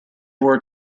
were